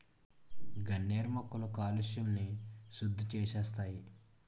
గన్నేరు మొక్కలు కాలుష్యంని సుద్దిసేస్తాయి